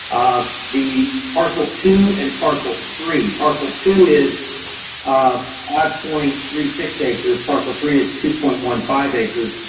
um the parcel two and parcel three. parcel two is um five point three six acres, parcel three is two point one five acres.